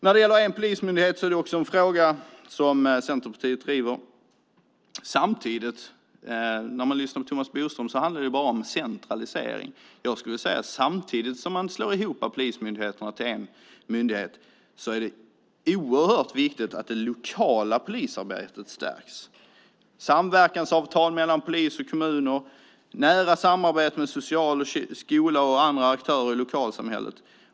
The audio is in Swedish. Frågan om en polismyndighet drivs också av Centerpartiet. När man lyssnar på Thomas Bodström får man intrycket att det bara handlar om centralisering. Jag skulle vilja säga att det samtidigt som man slår ihop polismyndigheterna till en myndighet är oerhört viktigt att det lokala polisarbetet stärks, med samverkansavtal mellan polis och kommuner och nära samarbete med socialen, skolan och andra aktörer i lokalsamhället.